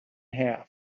half